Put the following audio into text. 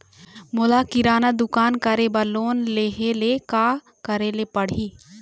मोला किराना दुकान करे बर लोन लेहेले का करेले पड़ही?